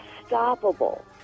unstoppable